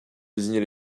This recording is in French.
désigner